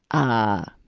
ah,